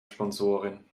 sponsoren